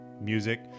music